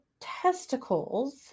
testicles